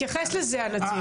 בחור